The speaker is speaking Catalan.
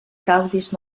gaudis